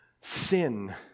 sin